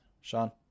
Sean